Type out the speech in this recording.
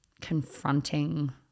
confronting